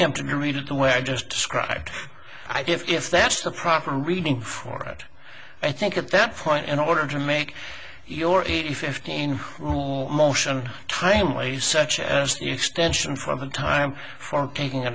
tempted to read it the way i just described i do if that's the proper reading for it i think at that point in order to make your eighty fifteen motion timely such as the extension from the time from taking